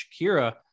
shakira